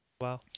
Wow